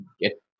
get